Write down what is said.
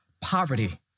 poverty